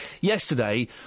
Yesterday